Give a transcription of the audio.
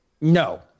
no